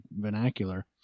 vernacular